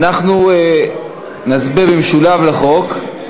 אנחנו נצביע במשולב על החוק.